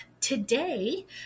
today